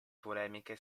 polemiche